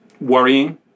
worrying